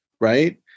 right